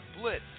Blitz